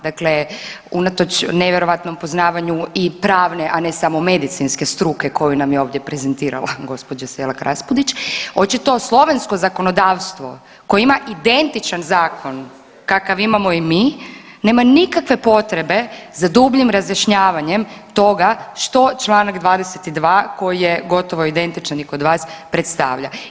Dakle, unatoč nevjerojatnom poznavanju i pravne, a ne samo medicinske struke koju nam je ovdje prezentirala gospođa Selak Raspudić, očito slovensko zakonodavstvo koje ima identičan zakon kakav imamo i mi nema nikakve potrebe za dubljim razjašnjavanje toga što Članak 22. koji je gotovo identičan i kod predstavlja.